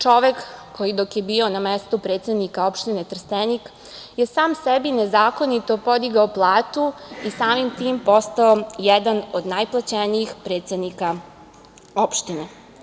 Čovek koji, dok je bio na mestu predsednika opštine Trstenik, je sam sebi nezakonito podigao platu i samim tim postao jedan od najplaćenijih predsednika opštine.